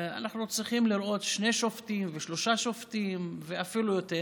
אנחנו צריכים לראות שני שופטים או שלושה שופטים ואפילו יותר,